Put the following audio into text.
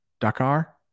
dakar